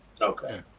Okay